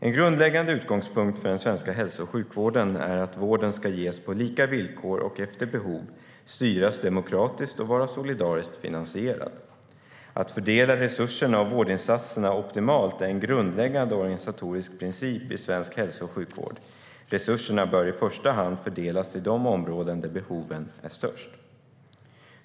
En grundläggande utgångspunkt för den svenska hälso och sjukvården är att vården ska ges på lika villkor och efter behov, styras demokratiskt och vara solidariskt finansierad. Att fördela resurserna och vårdinsatserna optimalt är en grundläggande organisatorisk princip i svensk hälso och sjukvård. Resurserna bör i första hand fördelas till de områden där behoven är störst.